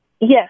Yes